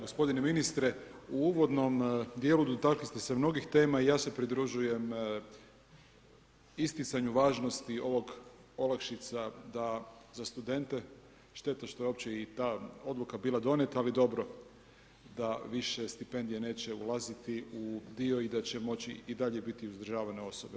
Gospodine ministre, u uvodnom dijelu dotakli ste se mnogih tema i ja se pridružujem isticanju važnosti ovih olakšica da za studente, šteta što je uopće i ta odluka bila donijeta ali dobro da više stipendije neće ulaziti u dio i da će moći i dalje biti uzdržavane osobe.